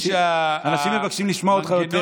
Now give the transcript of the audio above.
זה שאנשים מבקשים לשמוע אותך יותר.